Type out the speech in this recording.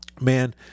Man